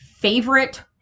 favorite